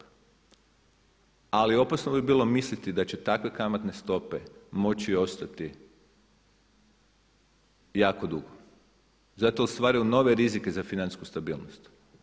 Ali opasno bi bilo misliti da će takve kamatne stope moći ostati jako dugo zato jer stvaraju nove rizike za financijsku stabilnost.